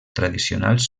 tradicionals